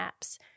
apps